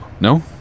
No